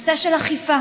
נושא של אכיפה.